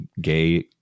gay